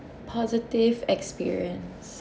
positive experience